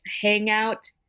hangout